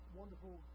wonderful